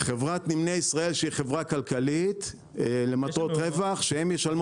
חברת נמלי ישראל שהיא חברה כלכלית למטרות רווח שהם ישלמו